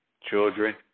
children